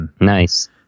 Nice